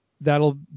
that'll